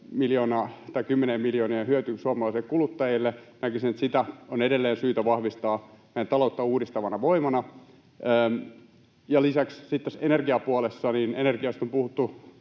miljoonien hyöty suomalaisille kuluttajille. Näkisin, että sitä on edelleen syytä vahvistaa meidän talouttamme uudistavana voimana. Lisäksi sitten tästä energiapuolesta. Energiasta on puhuttu